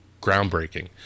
groundbreaking